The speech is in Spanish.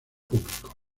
públicos